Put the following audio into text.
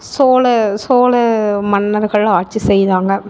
சோழ சோழ மன்னர்கள் ஆட்சி செய்தாங்க